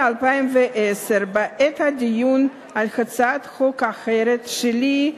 2010 בעת דיון על הצעת חוק אחרת שלי,